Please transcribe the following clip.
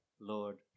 Lord